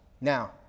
Now